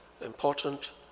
important